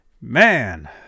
man